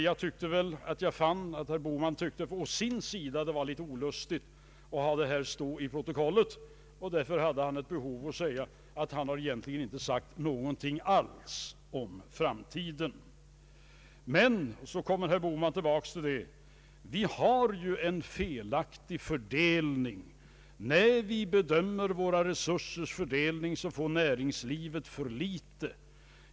Jag tyckte mig finna att herr Bohman å sin sida tyckte att det var litet olustigt att ha detta stående i protokollet och att han därför hade ett behov av att säga att han egentligen inte har sagt någonting alls om framtiden. Men herr Bohman kommer tillbaka till att vi har en felaktig fördelning. När vi bedömer våra resursers fördelning får näringslivet för litet.